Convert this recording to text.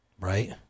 right